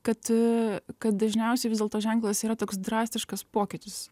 kad kad dažniausiai vis dėlto ženklas yra toks drastiškas pokytis